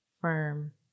firm